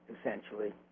essentially